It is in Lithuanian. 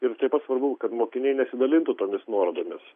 ir taip pat svarbu kad mokiniai nesidalintų tomis nuorodomis